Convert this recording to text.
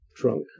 drunk